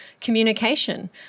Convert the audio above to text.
communication